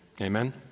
Amen